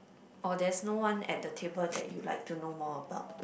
or there's no one at the table that you like to know more about